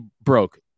broke